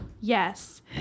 Yes